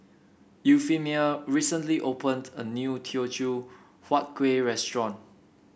Euphemia recently opened a new Teochew Huat Kueh restaurant